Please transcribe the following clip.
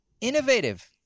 Innovative